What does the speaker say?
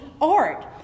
art